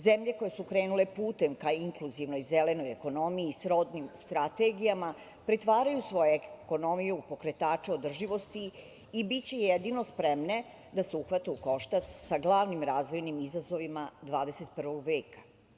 Zemlje koje su krenule putem ka inkluzivnoj zelenoj ekonomiji srodnim strategijama, pretvaraju svoju ekonomiju u pokretače održivosti i biće jedino spremne da se uhvate u koštac sa glavnim razvojnim izazovima 21. veka.